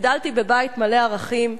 גדלתי בבית מלא ערכים,